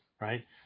right